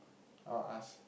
I'll ask